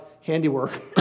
handiwork